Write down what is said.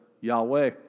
Yahweh